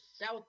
South